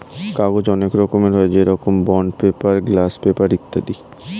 কাগজ অনেক রকমের হয়, যেরকম বন্ড পেপার, গ্লাস পেপার ইত্যাদি